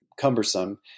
cumbersome